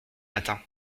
matin